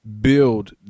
build